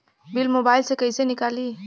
Bill mobile से कईसे निकाली?